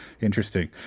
Interesting